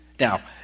Now